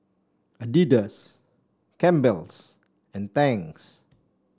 Adidas Campbell's and Tangs